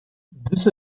this